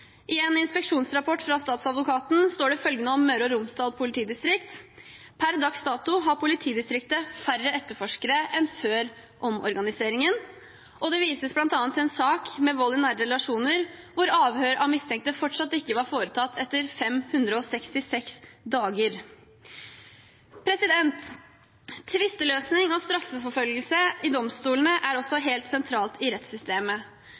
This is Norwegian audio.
I en inspeksjonsrapport fra statsadvokaten står det følgende om Møre og Romsdal politidistrikt: «Pr. dags dato har politidistriktet færre etterforskere enn før omorganiseringen.» Det vises bl.a. til en sak med vold i nære relasjoner hvor avhør av mistenkte fortsatt ikke var foretatt etter 566 dager. Tvisteløsning og straffeforfølgelse brakt inn for domstolene er også helt sentralt i rettssystemet.